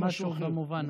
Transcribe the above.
משהו במובן הזה.